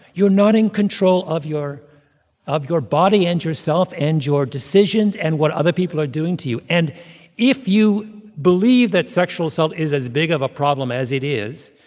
you're not in control of your of your body and yourself and your decisions and what other people are doing to you. and if you believe that sexual assault is as big of a problem as it is,